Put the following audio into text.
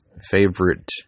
favorite